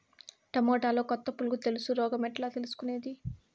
టమోటాలో కొత్త పులుగు తెలుసు రోగం ఎట్లా తెలుసుకునేది?